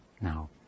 now